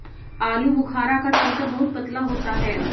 आलूबुखारा का छिलका बहुत पतला होता है